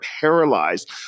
paralyzed